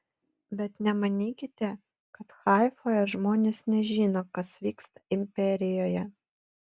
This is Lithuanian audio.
bet nemanykite kad haifoje žmonės nežino kas vyksta imperijoje